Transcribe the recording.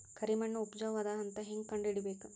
ಕರಿಮಣ್ಣು ಉಪಜಾವು ಅದ ಅಂತ ಹೇಂಗ ಕಂಡುಹಿಡಿಬೇಕು?